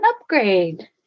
upgrade